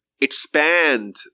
expand